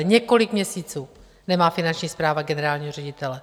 Několik měsíců nemá Finanční správa generálního ředitele.